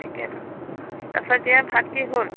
তাকেতো তাৰপাছত এতিয়া ভাত কি হ'ল